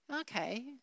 okay